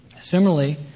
Similarly